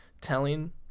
telling